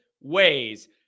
ways